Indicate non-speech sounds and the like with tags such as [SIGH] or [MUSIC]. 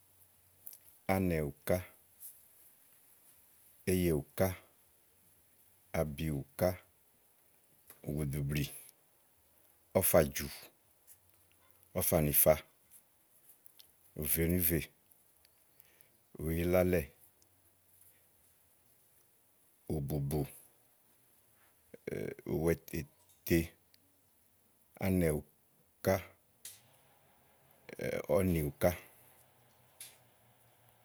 Ánɛ ùká, Éyèùká, Abiukà, ùgùɖùìblì, ɔ̀ƒàjù, ɔ̀fànifa, ùvélívè, ùyilálɛ̀, ùbùbù, [HESITATION] ùwaètete, Ánɛùká, [HESITATION] ɔnìùká.